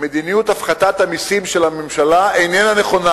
שמדיניות הפחתת המסים של הממשלה איננה נכונה.